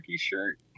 shirt